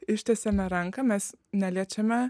ištiesiame ranką mes neliečiame